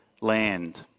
land